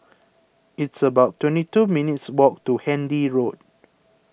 it's about twenty two minutes' walk to Handy Road